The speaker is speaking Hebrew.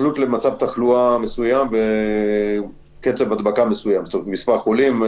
וזה בתלות לקצב הדבקה של 500 חולים